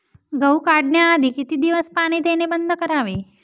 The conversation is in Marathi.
गहू काढण्याआधी किती दिवस पाणी देणे बंद करावे?